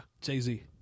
Jay-Z